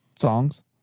songs